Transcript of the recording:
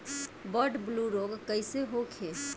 Bird flu रोग कईसे होखे?